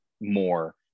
more